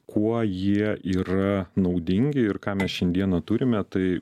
kuo jie yra naudingi ir ką mes šiandieną turime tai